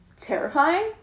terrifying